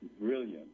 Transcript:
brilliant